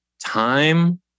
Time